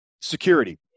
Security